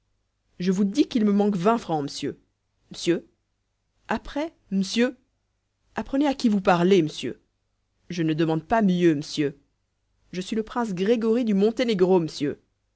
je vous dis qu'il me manque vingt francs m'sieu m'sieu après m'sieu apprenez à qui vous parlez m'sieu je ne demande pas mieux m'sieu je suis le prince grégory du monténégro m'sieu